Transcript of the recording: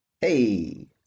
Hey